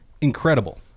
incredible